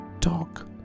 talk